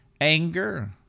Anger